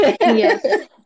yes